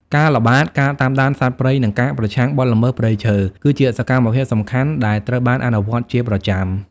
ការល្បាត ការតាមដានសត្វព្រៃ និងការប្រឆាំងបទល្មើសព្រៃឈើ គឺជាសកម្មភាពសំខាន់ៗដែលត្រូវបានអនុវត្តជាប្រចាំ។